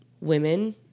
women